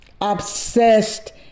obsessed